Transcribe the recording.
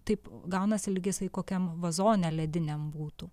taip gaunasi lyg jisai kokiam vazone lediniam būtų